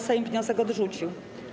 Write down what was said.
Sejm wniosek odrzucił.